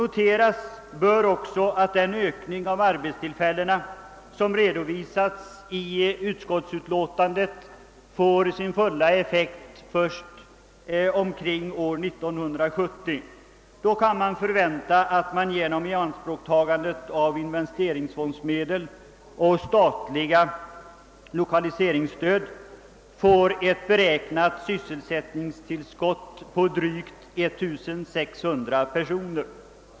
Noteras bör också att den ökning av arbetstillfällena som redovisas i utskottets utlåtande får sin fulla effekt först omkring år 1970. Genom ianspråktagande av investeringsfondmedel och med statliga lokaliseringsstöd kan man förvänta att vi då får ett sysselsättningstillskott på drygt 1600 personer.